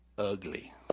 ugly